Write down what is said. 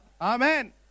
Amen